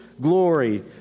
glory